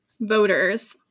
voters